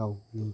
गावनि